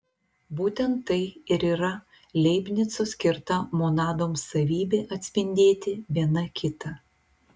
būtent tai ir yra leibnico skirta monadoms savybė atspindėti viena kitą